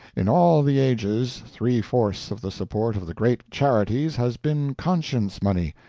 in all the ages, three-fourths of the support of the great charities has been conscience-money,